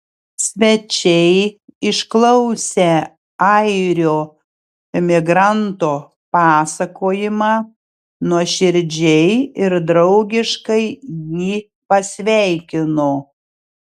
svečiai išklausę airio emigranto pasakojimą nuoširdžiai ir draugiškai jį pasveikino